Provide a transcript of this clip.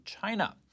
China